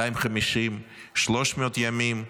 250, 300 ימים,